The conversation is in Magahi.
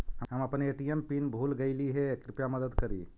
हम अपन ए.टी.एम पीन भूल गईली हे, कृपया मदद करी